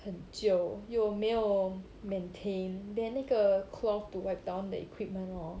很久有没有 maintain then 那个 cloth to wipe down the equipment hor